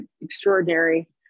extraordinary